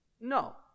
no